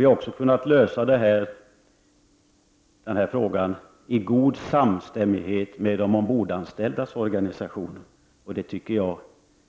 Vi har också kunnat lösa denna fråga i god samstämmighet med de ombordanställdas organisation, och det är